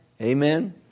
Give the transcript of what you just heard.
Amen